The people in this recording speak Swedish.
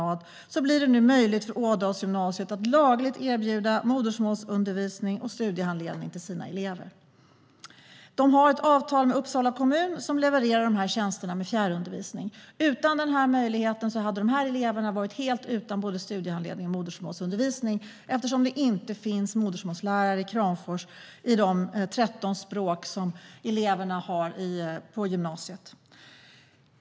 Tack vare Alliansens ingripande blir det nu möjligt för Ådalsgymnasiet att lagligt erbjuda modersmålsundervisning och studiehandledning till sina elever genom ett avtal med Uppsala kommun som levererar dessa tjänster via fjärrundervisning. Utan den här möjligheten hade dessa elever varit helt utan både studiehandledning och modersmålsundervisning, eftersom det i Kramfors inte finns modersmålslärare i de 13 språk som gymnasieeleverna har som modersmål.